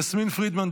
יסמין פרידמן,